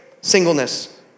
singleness